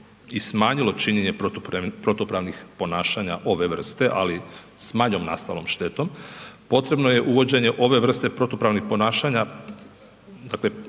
i smanjilo činjenje protupravnih ponašanja ove vrste ali s manjom nastalom štetom, potrebno je uvođenje ove vrste protupravnih ponašanja dakle